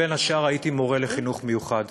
בין השאר הייתי מורה לחינוך מיוחד,